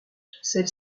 celle